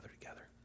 together